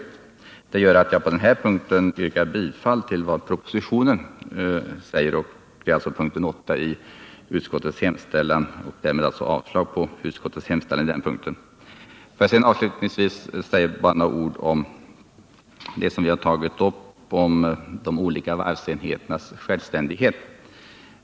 Detta gör att jag i det här avseendet yrkar bifall till propositionen, vilket innebär avslag på utskottets hemställan under punkten 8. Låt mig avslutningsvis säga några ord om de olika varvsenheternas självständighet — en sak som vi tagit upp.